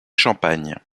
champagne